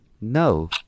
No